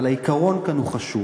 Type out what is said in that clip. אבל העיקרון כאן הוא חשוב.